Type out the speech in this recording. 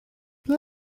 ble